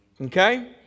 okay